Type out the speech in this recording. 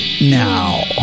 now